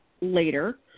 later